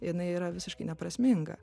jinai yra visiškai neprasminga